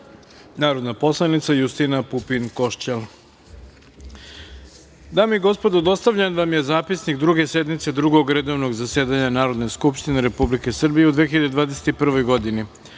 narodna poslanica Justina Pupin Košćal. Dame i gospodo, dostavljen vam je Zapisnik Druge sednice Drugog redovnog zasedanja Narodne skupštine Republike Srbije u 2021. godini. Pošto